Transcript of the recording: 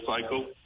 cycle